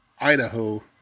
Idaho